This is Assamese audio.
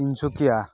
তিনিচুকীয়া